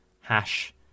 Hash